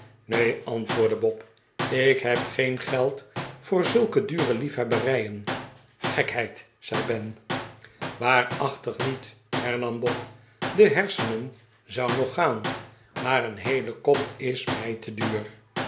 neen antwoordde bob ik heb geen geld voor zulke dure liefhebberijen gekheid zei ben waarachtig niet hernam bob de hersenen zou nog gaan maar een heele kop is mij te duur